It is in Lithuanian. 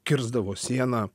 kirsdavo sieną